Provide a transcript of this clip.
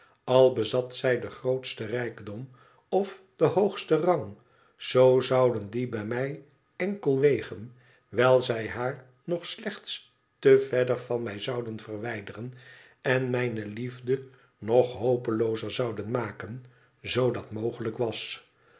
al bezat zij den grootsten rijkdom of den hoogsten rang zoo zouden die bij mij enkel wegen wijl zij haar nog slechts te verder van mij zouden verwijderen en mijne liefde nog hopeloozer zouden maken zoo dat mogelijk was